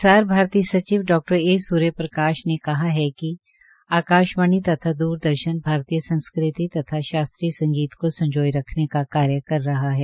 प्रसार भारती सचिव डॉ ए सूर्य प्रकाश ने कहा कि आकाशवाणी तथा दूरदर्शन भारतीय संस्कृति तथा शास्त्रीय संगीत को संजोए रखने का कार्य कर रहा है